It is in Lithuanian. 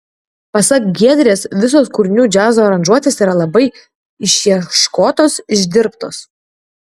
pasak giedrės visos kūrinių džiazo aranžuotės yra labai išieškotos išdirbtos